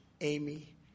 Amy